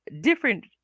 different